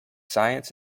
science